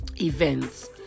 events